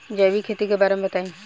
जैविक खेती के बारे में बताइ